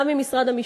גם ממשרד המשפטים,